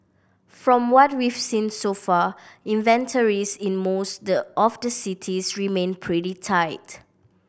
from what we've seen so far inventories in most the of the cities remain pretty tight